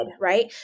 right